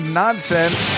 nonsense